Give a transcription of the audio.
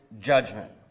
judgment